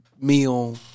meal